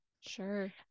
sure